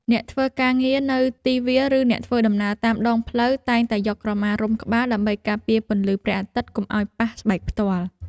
អ្នកធ្វើការងារនៅទីវាលឬអ្នកធ្វើដំណើរតាមដងផ្លូវតែងតែយកក្រមារុំក្បាលដើម្បីការពារពន្លឺព្រះអាទិត្យកុំឱ្យប៉ះស្បែកផ្ទាល់។